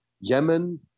Yemen